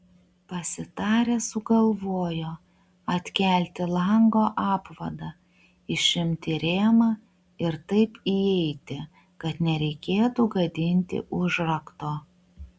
pasitarę sugalvojo atkelti lango apvadą išimti rėmą ir taip įeiti kad nereikėtų gadinti užrakto